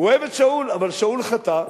הוא אוהב את שאול, אבל שאול חטא.